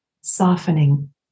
softening